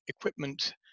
equipment